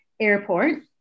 airport